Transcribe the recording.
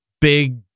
big